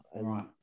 Right